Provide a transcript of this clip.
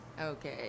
Okay